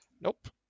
Nope